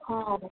অঁ